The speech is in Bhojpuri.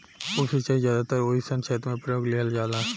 उप सिंचाई ज्यादातर ओइ सन क्षेत्र में प्रयोग में लिहल जाला